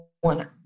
one